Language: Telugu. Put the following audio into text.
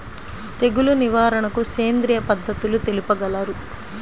తెగులు నివారణకు సేంద్రియ పద్ధతులు తెలుపగలరు?